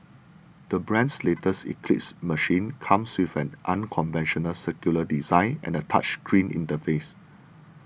the brand's latest Eclipse machine comes with an unconventional circular design and a touch screen interface